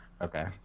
Okay